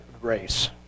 race